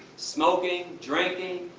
smoking, drinking,